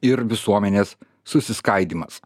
ir visuomenės susiskaidymas